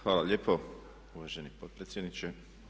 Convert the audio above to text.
Hvala lijepo uvaženi potpredsjedniče.